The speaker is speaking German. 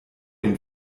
den